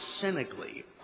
cynically